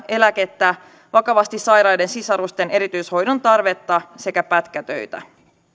eläkettä vakavasti sairaiden sisarusten erityishoidon tarvetta sekä pätkätöitä